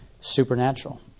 supernatural